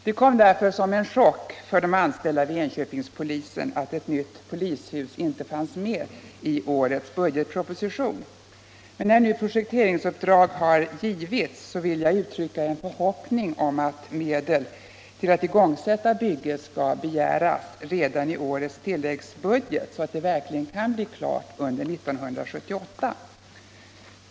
Det kom därför som en chock för de anställda vid Enköpingspolisen att ett nytt polishus inte fanns med i årets budgetproposition. Då nu projekteringsuppdrag har givits, vill jag uttala en förhoppning om att medel till att igångsätta byggandet skall begäras redan i årets tilläggsbudget, så att det verkligen kan bli klart under 1978.